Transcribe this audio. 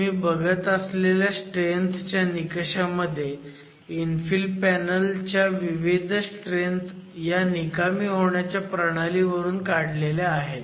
तुम्ही बघत असलेल्या स्ट्रेंथ च्या निकशामध्ये इन्फिल पॅनल च्या विविध स्ट्रेंथ ह्या निकामी होण्याच्या प्रणालीवरून काढलेल्या आहेत